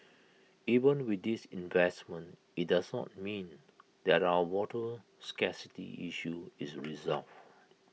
even with these investments IT does not mean that our water scarcity issue is resolved